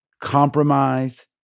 Compromise